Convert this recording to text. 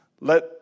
let